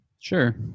Sure